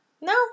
No